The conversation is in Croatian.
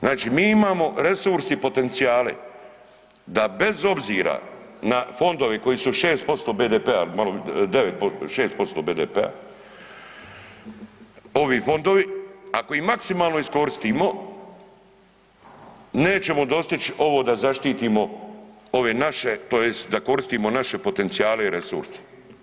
Znači mi imamo resurs i potencijale da bez obzira na fondove koji su 6% BDP-a, 6% BDP-a% ovi fondovi, ako ih maksimalno iskoristimo nećemo dostić ovo da zaštitimo ove naše tj. da koristimo naše potencijale i resurse.